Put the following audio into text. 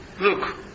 look